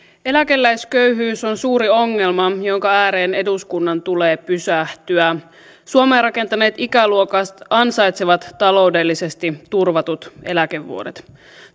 eläkeläisköyhyys on suuri ongelma jonka ääreen eduskunnan tulee pysähtyä suomea rakentaneet ikäluokat ansaitsevat taloudellisesti turvatut eläkevuodet